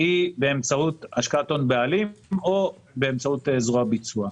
היא באמצעות השקעת הון בעלים או באמצעות זרוע ביצוע.